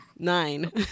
nine